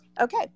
Okay